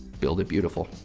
build it beautiful.